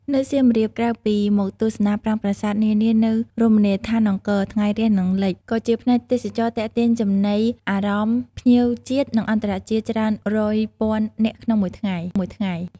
នៅសៀមរាប ក្រៅពីមកទស្សនាប្រាង្គប្រាសាទនានានៅរមណីយដ្ឋានអង្គរ ថ្ងៃរះ និងលិច ក៏ជាផ្នែកទេសចរណ៍ទាក់ទាញចំណីអារម្មណ៍ភ្ញៀវជាតិ និងអន្តរជាតិច្រើនរយពាន់នាក់ក្នុងមួយថ្ងៃៗ។